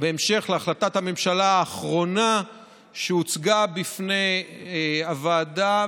בהמשך להחלטת הממשלה האחרונה שהוצגה בפני הוועדה,